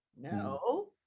no